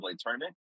tournament